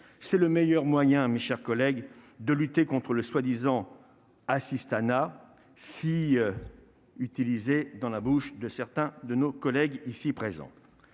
c'est le meilleur moyen, mes chers collègues, de lutter contre le soi-disant assistanat si utilisé dans la bouche de certains de nos collègues ici présents